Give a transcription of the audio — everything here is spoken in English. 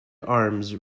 arms